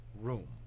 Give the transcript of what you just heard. room